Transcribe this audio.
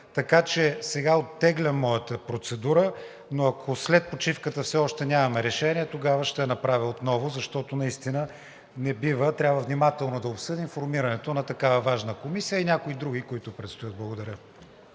съгласие. Сега оттеглям моята процедура, но ако след почивката все още нямаме решение, тогава ще я направя отново, защото трябва внимателно да обсъдим формирането на такава важна комисия, а и някои други, които предстоят. Благодаря.